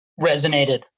resonated